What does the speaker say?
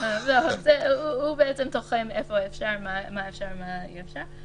--- הוא בעצם תוחם איפה אפשר ומה אפשר ומה אי אפשר.